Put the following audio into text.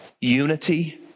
unity